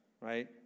right